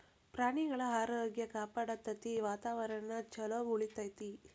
ಪ್ರಾಣಿಗಳ ಆರೋಗ್ಯ ಕಾಪಾಡತತಿ, ವಾತಾವರಣಾ ಚುಲೊ ಉಳಿತೆತಿ